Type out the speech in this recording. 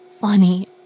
funny